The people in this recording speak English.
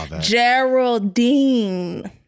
Geraldine